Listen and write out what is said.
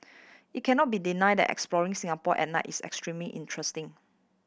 it cannot be denied that exploring Singapore at night is extremely interesting